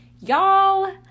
Y'all